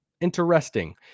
interesting